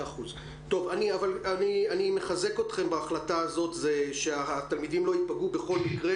אני מחזק אתכם בהחלטה הזאת שהתלמידים לא ייפגעו בכל מקרה.